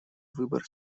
выбор